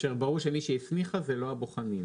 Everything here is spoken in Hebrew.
כאשר ברור שמי שהסמיכה זה לא הבוחנים.